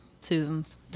Susan's